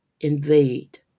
invade